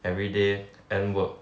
every day end work